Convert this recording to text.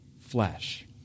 flesh